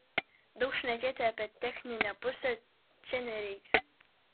daug šnekėti apie techninę pusę čia nereikia